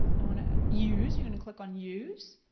i want to use, you're gonna click on use.